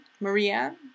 Maria